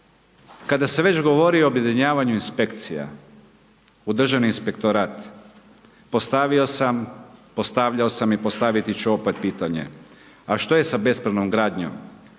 Kada se već govori o objedinjavanju inspekcija u Državni inspektorat, postavio sam, postavljao sam i postavit ću opet pitanje, a što je sa bespravnom gradnjom